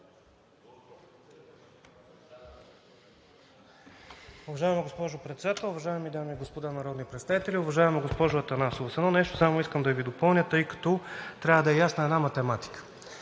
Уважаема госпожо Председател, уважаеми дами и господа народни представители! Уважаема госпожо Атанасова, с едно нещо само искам да Ви допълня, тъй като трябва да е ясна една математика.